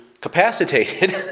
capacitated